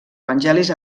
evangelis